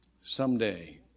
someday